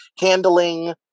handling